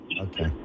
Okay